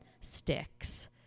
sticks